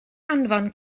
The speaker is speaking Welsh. anfon